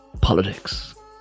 Politics